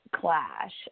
clash